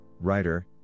writer